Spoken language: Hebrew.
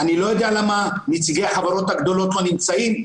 אני לא יודע למה נציגי החברות הגדולות לא נמצאים,